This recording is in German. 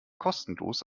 kostenlos